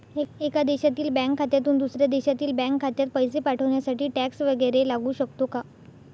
एका देशातील बँक खात्यातून दुसऱ्या देशातील बँक खात्यात पैसे पाठवण्यासाठी टॅक्स वैगरे लागू शकतो का?